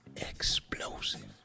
Explosive